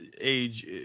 age